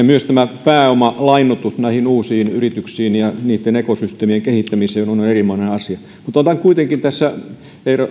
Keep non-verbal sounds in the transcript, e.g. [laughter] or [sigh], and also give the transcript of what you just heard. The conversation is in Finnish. [unintelligible] myös pääomalainoitus uusiin yrityksiin ja niitten ekosysteemien kehittämiseen on on erinomainen asia mutta otan kuitenkin tässä